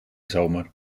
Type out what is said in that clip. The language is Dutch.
zomer